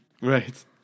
Right